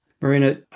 Marina